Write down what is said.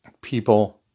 people